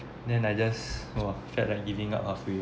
then I just !wah! felt like giving up ah for real